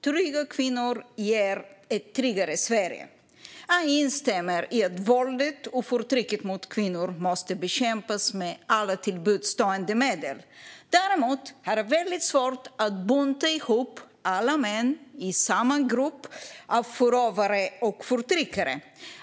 Trygga kvinnor ger ett tryggare Sverige." Jag instämmer i att våldet och förtrycket mot kvinnor måste bekämpas med alla till buds stående medel. Däremot har jag väldigt svårt att bunta ihop alla män i en och samma grupp av förövare och förtryckare.